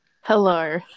hello